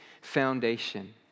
foundation